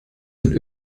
sind